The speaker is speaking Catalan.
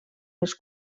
les